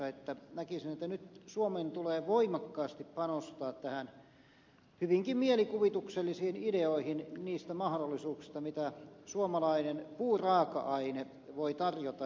näkisin että nyt suomen tulee voimakkaasti panostaa näihin hyvinkin mielikuvituksellisiin ideoihin niistä mahdollisuuksista mitä suomalainen puuraaka aine voi tarjota